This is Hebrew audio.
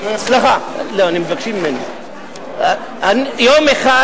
יום אחד